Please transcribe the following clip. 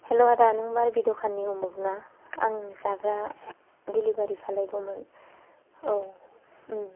hello आदा नों बारबि दखाननि उमुख ना आं जाग्रा दिलिभारि खालामगौमोन औ